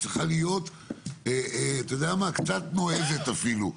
היא צריכה להיות קצת נועזת אפילו.